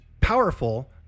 powerful